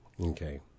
Okay